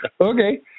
Okay